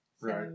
Right